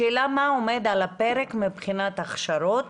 השאלה מה עומד על הפרק מבחינת הכשרות,